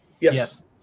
Yes